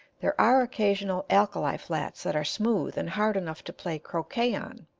there are occasional alkali flats that are smooth and hard enough to play croquet on